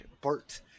Bart